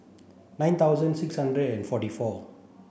nine thousand six hundred and forty four